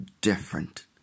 different